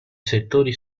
settori